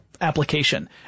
application